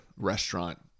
restaurant